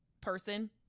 person